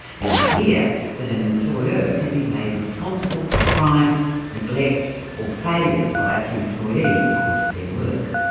the idea that an employer can be made responsible for crimes, neglect or failures by its employee in the course of their work.